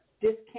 discount